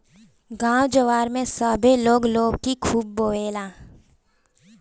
गांव जवार में सभे लोग लौकी खुबे बोएला